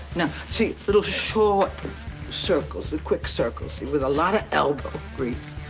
no. see, little short circles, and quick circles with a lot of elbow grease.